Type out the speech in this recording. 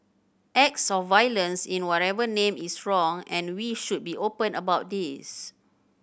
acts of violence in whatever name is wrong and we should be open about this